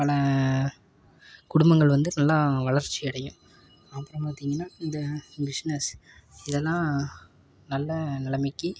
பல குடும்பங்கள் வந்து நல்லா வளர்ச்சி அடையும் அப்புறம் பார்த்திங்கன்னா இந்த பிஸ்னெஸ் இது எல்லாம் நல்ல நிலமைக்கி